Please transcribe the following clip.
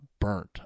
burnt